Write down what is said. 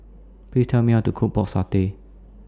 Please Tell Me How to Cook Pork Satay